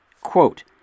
Quote